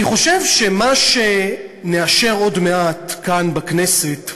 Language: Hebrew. אני חושב שמה שנאשר עוד מעט כאן, בכנסת,